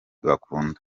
bakunda